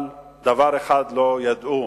אבל דבר אחד לא ידעו,